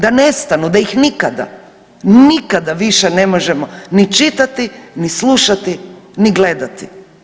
Da nestanu, da ih nikada, nikada više ne možemo ni čitati ni slušati ni gledati.